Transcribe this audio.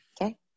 Okay